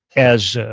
as